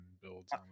builds